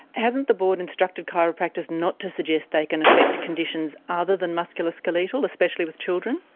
hasn't the board instructed chiropractors not to suggest they can affect conditions other than muscular skeletal, especially with children?